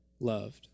loved